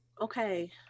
okay